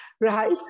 right